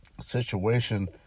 situation